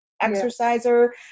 exerciser